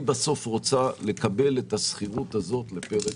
היא בסוף רוצה לקבל את השכירות הזאת לפרק